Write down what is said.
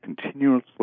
continuously